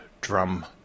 drum